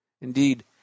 Indeed